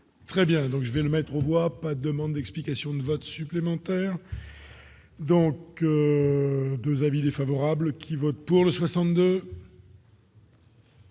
Très bien, donc je vais me mettre au bois pas demande d'explication de votre supplément. Donc 2 avis défavorables qui votent pour le 62.